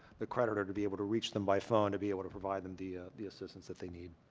the creditor to be able to reach them by phone to be able to provide them the, ah the assistance that they need.